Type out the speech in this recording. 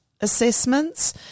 assessments